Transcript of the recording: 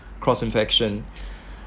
cross infection